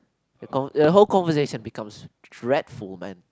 the con~ the whole conversation becomes dreadful man